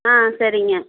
ஆ சரிங்க